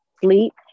sleep